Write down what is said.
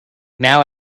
now